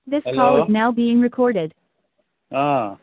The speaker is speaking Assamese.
হেল্ল' অঁ